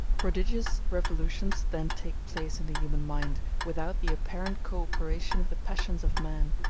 progidious revolutions then take place in the human mind, without the apparent co-operation of the passions of man,